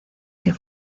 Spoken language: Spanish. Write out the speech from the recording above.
que